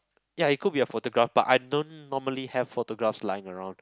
ya it could be a photograph but I don't normally have photographs lying around